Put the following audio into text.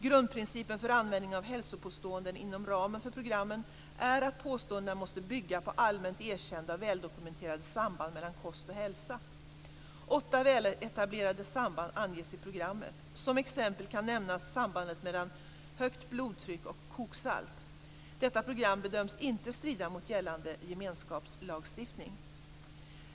Grundprincipen för användning av hälsopåståenden inom ramen för programmet är att påståendena måste bygga på allmänt erkända och väldokumenterade samband mellan kost och hälsa. Åtta väletablerade samband anges i programmet. Som exempel kan nämnas sambandet mellan högt blodtryck och koksalt. Detta program bedöms inte strida mot gällande gemenskapslagstiftning.